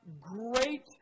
great